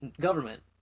government